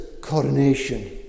coronation